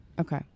Okay